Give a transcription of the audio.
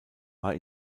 war